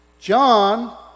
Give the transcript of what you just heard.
John